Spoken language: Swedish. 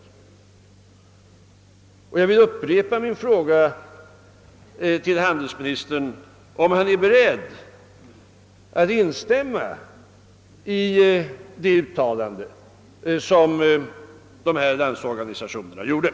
Jag upprepar min fråga till handelsministern, huruvida han är beredd att instämma i det uttalande som dessa landsorganisationer gjort.